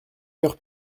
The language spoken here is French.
heures